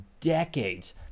decades